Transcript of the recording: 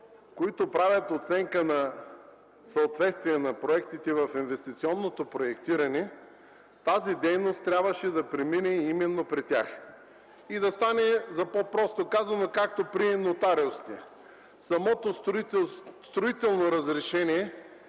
които правят оценка на съответствие на проектите в инвестиционното проектиране, тази дейност трябваше да премине именно при тях и, по-просто казано, да стане както при нотариусите – самото строително разрешение